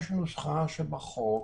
יש נוסחה שבחוק",